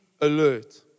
Alert